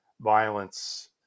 violence